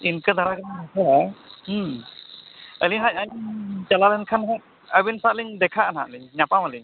ᱤᱱᱠᱟᱹ ᱫᱷᱟᱨᱟ ᱜᱮᱞᱟᱝ ᱜᱚᱞᱯᱚᱭᱟ ᱦᱮᱸ ᱟᱹᱞᱤᱧ ᱪᱟᱞᱟᱣ ᱞᱮᱱᱠᱷᱟᱡ ᱦᱟᱸᱜ ᱟᱹᱵᱤᱱ ᱥᱟᱶ ᱞᱤᱧ ᱫᱮᱠᱷᱟᱜᱼᱟ ᱞᱤᱧ ᱧᱟᱯᱟᱢ ᱟᱹᱞᱤᱧ